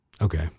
Okay